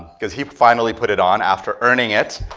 because he finally put it on after earning it.